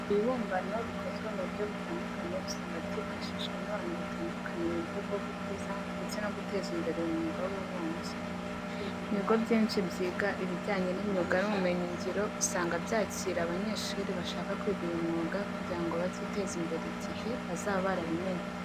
Ibibumbano bikozwe mu buryo butandukanye usanga byifashishwa n'abantu batandukanye mu buryo bwo gukuza ndetse no guteza imbere uyu mwuga w'ububumbyi. Mu bigo byinshi byiga ibijyanye n'imyuga n'ubumenyingiro usanga byakira abanyeshuri bashaka kwiga uyu mwuga kugira ngo baziteze imbere igihe bazaba barabimenye.